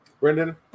Brendan